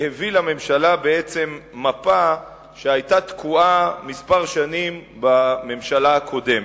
והביא לממשלה מפה שבעצם היתה תקועה כמה שנים בממשלה הקודמת.